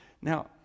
Now